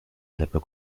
aleppo